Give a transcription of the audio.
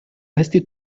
restait